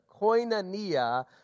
koinonia